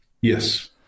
Yes